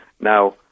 now